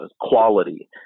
quality